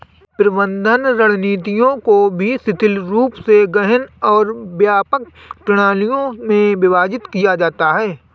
प्रबंधन रणनीतियों को भी शिथिल रूप से गहन और व्यापक प्रणालियों में विभाजित किया जाता है